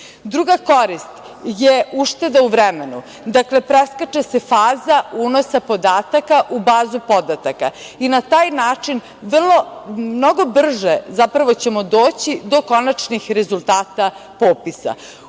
korist je ušteda u vremenu. Dakle, preskače se faza unosa podataka u bazu podataka. Na taj način mnogo ćemo brže zapravo doći do konačnih rezultata popisa.